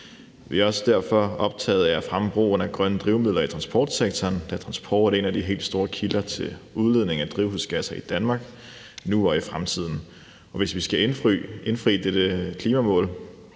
Vi er derfor også optaget af at fremme brugen af grønne drivmidler i transportsektoren, da transport er en af de helt store kilder til udledning af drivhusgasser i Danmark nu og i fremtiden. Hvis vi skal indfri dette klimamål,